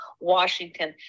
Washington